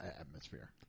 atmosphere